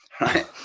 right